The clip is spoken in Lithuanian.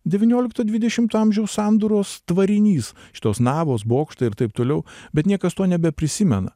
devyniolikto dvidešimto amžiaus sandūros tvarinys šitos navos bokštai ir taip toliau bet niekas to nebeprisimena